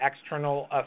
External